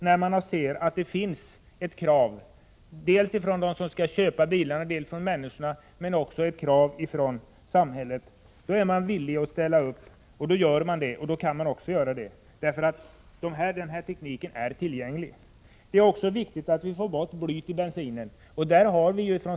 När man ser att det ställs krav dels från dem som skall köpa bilarna, dels från andra människor samt dels från samhället, då är man villig att ställa upp och gör det också. Tekniken härför är ju tillgänglig. Det är också viktigt att få bort blyet ur bensinen.